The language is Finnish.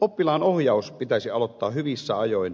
oppilaanohjaus pitäisi aloittaa hyvissä ajoin